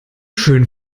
schön